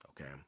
Okay